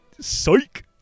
Psych